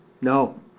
No